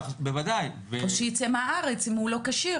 או שייצא מהארץ, אם הוא לא כשיר.